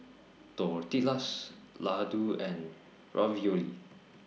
Tortillas Ladoo and Ravioli